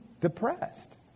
depressed